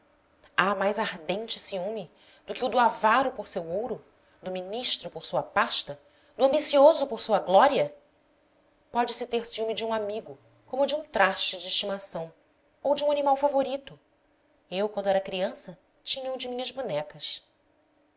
há mais ardente ciúme do que o do avaro por seu ouro do ministro por sua pasta do ambicioso por sua glória pode-se ter ciúme de um amigo como de um traste de estimação ou de um animal favorito eu quando era criança tinha-o de minhas bonecas